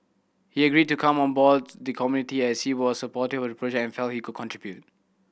he agreed to come on boards the committee as he was supportive of the project and felt he could contribute